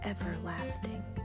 everlasting